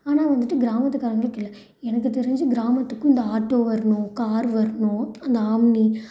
ஆனால் வந்துட்டு கிராமத்துகாரங்களுக்கு இல்லை எனக்கு தெரிஞ்சு கிராமத்துக்கும் இந்த ஆட்டோ வரணும் கார் வரணும் அந்த ஆம்னி